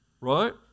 Right